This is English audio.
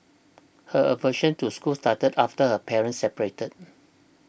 her aversion to school started after her parents separated